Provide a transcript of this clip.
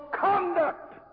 conduct